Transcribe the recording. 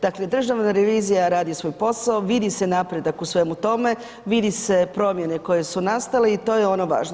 Dakle, Državna revizija radi svoj posao, vidi se napredak u svemu tome, vidi se promjene koje su nastale i to je ono važno.